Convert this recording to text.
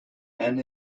and